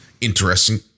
interesting